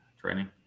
training